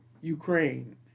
Ukraine